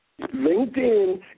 LinkedIn